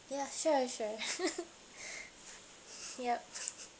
ya sure sure yup